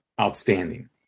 outstanding